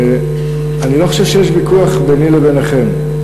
אני לא חושב שיש ויכוח ביני לביניכם.